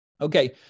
Okay